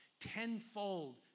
tenfold